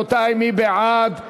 רבותי, מי בעד,